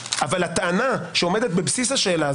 אבל הטענה שעומדת בבסיס השאלה,